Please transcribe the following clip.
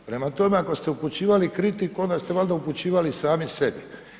Prema tome, ako ste upućivali kritiku, onda ste valjda upućivali sami sebi.